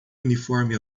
uniforme